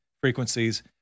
frequencies